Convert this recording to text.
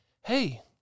Hey